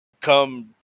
come